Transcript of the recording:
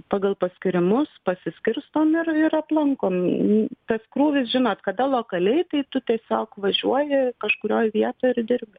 pagal paskyrimus pasiskirstom ir ir aplankom tas krūvis žinot kada lokaliai tai tu tiesiog važiuoji kažkurioj vietoj ir dirbi